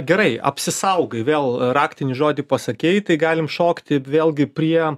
gerai apsisaugai vėl raktinį žodį pasakei tai galim šokti vėlgi prie